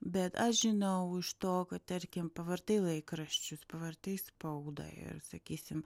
bet aš žinau iš to kad tarkim pavartai laikraščius pavartai spaudą ir sakysim